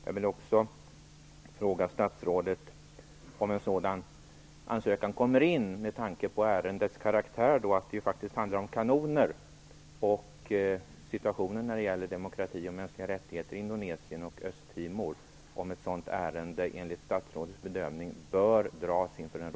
Jag vill också fråga om ett sådant ärende, om en ansökan kommer in, enligt statsrådets bedömning bör dras inför den rådgivande nämnden. Det handlar ju om kanoner, och vi vet hur situationen är när det gäller demokrati och mänskliga rättigheter i Indonesien och Östtimor.